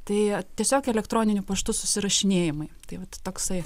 tai tiesiog elektroniniu paštu susirašinėjimai tai vat toksai